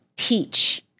teach